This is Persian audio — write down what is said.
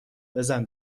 بزن